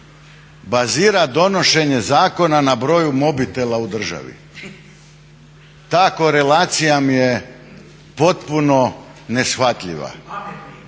bazira donošenje zakona na broju mobitela u državi? Ta korelacija mi je potpuno neshvatljiva. Da ne bih